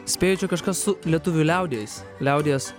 spėju čia kažkas su lietuvių liaudeis liaudies